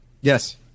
yes